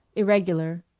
irregular,